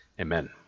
Amen